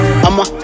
I'ma